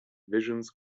visions